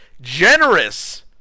generous